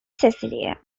cecilia